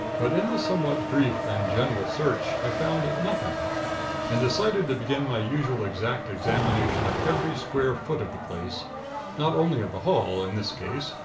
but in the somewhat brief and general search, i found nothing and decided to begin my usual exact examination of every square foot of the place not only of the hall, in this case,